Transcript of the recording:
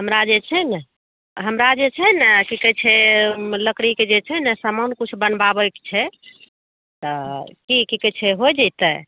हमरा जे छै ने हमरा जे छै ने की कहै छै लकड़ीके छै ने जे सामान किछु बनबाबैके छै तऽ की की कहै छै होए जेतै